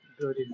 good